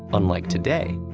unlike today,